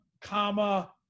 Comma